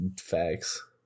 Facts